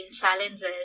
challenges